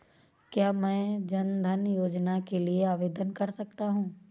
क्या मैं जन धन योजना के लिए आवेदन कर सकता हूँ?